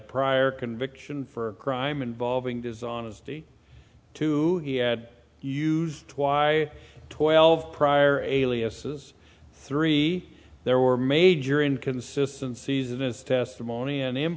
prior conviction for a crime involving his honesty two he had used why twelve prior aliases three there were major inconsistency that is testimony and